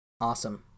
awesome